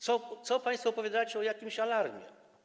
Co państwo opowiadacie o jakimś alarmie?